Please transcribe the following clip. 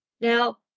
Now